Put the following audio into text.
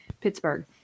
Pittsburgh